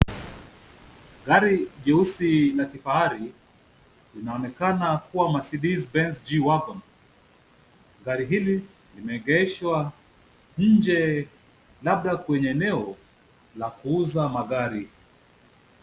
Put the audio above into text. Gari jeusi la kifahari linaokana kuwa Mercedes Benz G wagon . Gari hili limeegeshwa nje labda kwenye eneo la kuuza magari.